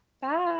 Bye